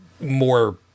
More